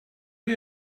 you